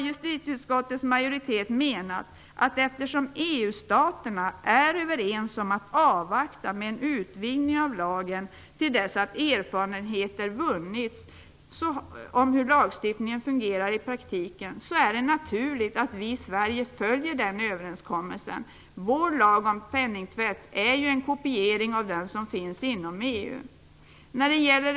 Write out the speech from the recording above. Justitieutskottets majoritet har menat att eftersom EU-staterna är överens om att avvakta med en utvidgning av lagen till dess att erfarenheter vunnits om hur lagstiftningen fungerar i praktiken är det naturligt att vi i Sverige följer överenskommelsen. Vår lag om penningtvätt är ju en kopiering av den som finns inom EU.